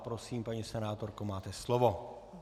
Prosím, paní senátorko, máte slovo.